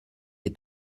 est